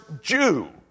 Jew